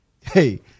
hey